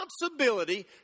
responsibility